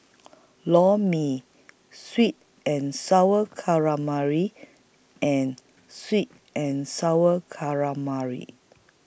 Lor Mee Sweet and Sour Calamari and Sweet and Sour Calamari